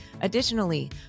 Additionally